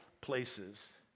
places